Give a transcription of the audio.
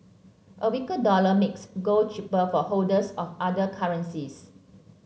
a weaker dollar makes gold cheaper for holders of other currencies